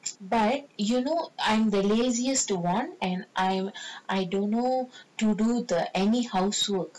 but you know I'm the laziest to run and I I don't know to do the any housework